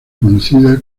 conocida